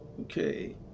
Okay